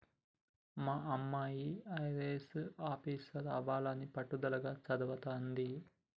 మా అమ్మాయి అయ్యారెస్ ఆఫీసరవ్వాలని పట్టుదలగా చదవతాంది